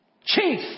chief